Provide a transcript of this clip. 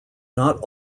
not